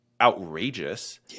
outrageous